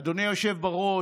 אדוני היושב בראש,